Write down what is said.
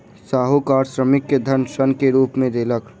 साहूकार श्रमिक के धन ऋण के रूप में देलक